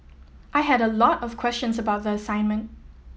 I had a lot of questions about the assignment